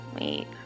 Wait